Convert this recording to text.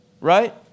right